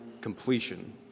completion